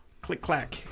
Click-clack